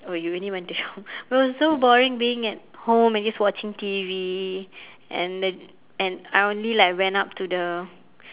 oh you only went to shop it was so boring being at home and just watching T_V and and I and I only like went up to the